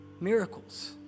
Miracles